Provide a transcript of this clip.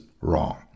wrong